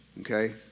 okay